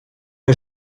que